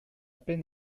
peine